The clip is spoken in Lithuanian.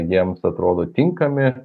jiems atrodo tinkami